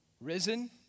risen